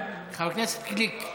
חבר הכנסת גליק.